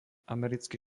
americký